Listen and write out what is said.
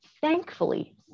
thankfully